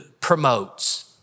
promotes